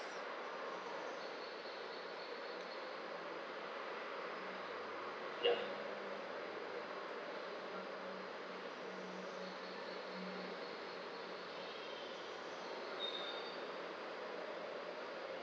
ya